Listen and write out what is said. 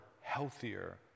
healthier